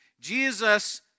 Jesus